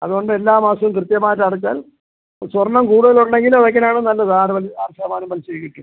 അതുകൊണ്ട് എല്ലാ മാസവും കൃത്യമായിട്ട് അടച്ചാൽ സ്വർണ്ണം കൂടുതലുണ്ടെങ്കിൽ വയ്ക്കുന്നതാണ് നല്ലത് ആറ് ആറ് ശതമാനം പലിശക്ക് കിട്ടും